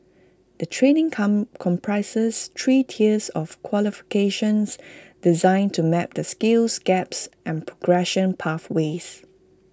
the training come comprises three tiers of qualifications designed to map the skills gaps and progression pathways